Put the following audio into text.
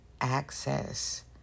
access